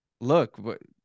Look